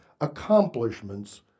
accomplishments